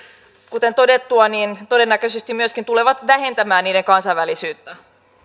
kuten todettua todennäköisesti myöskin tulevat vähentämään niiden kansainvälisyyttä